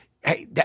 hey